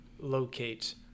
locate